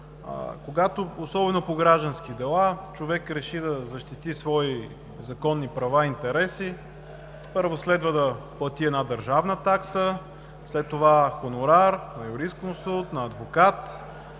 занимание особено по граждански дела. Ако човек реши да защити свои законни права и интереси, първо, следва да плати една държавна такса, след това хонорар на юрисконсулт, на адвокат,